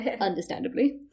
understandably